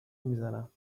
میزنم